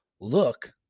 look